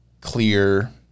clear